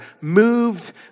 moved